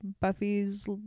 Buffy's